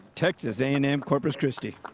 texas a and m corpus christi.